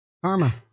Karma